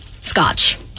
scotch